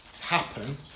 happen